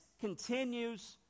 continues